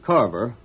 Carver